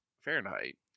Fahrenheit